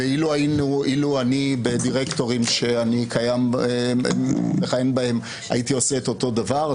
ואילו אני בדירקטורים שאני מכהן בהם הייתי עושה את אותו דבר,